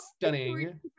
stunning